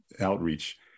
outreach